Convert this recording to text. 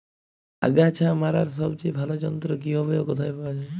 আগাছা মারার সবচেয়ে ভালো যন্ত্র কি হবে ও কোথায় পাওয়া যাবে?